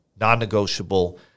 non-negotiable